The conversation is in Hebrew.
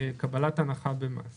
לקבלת הנחה במס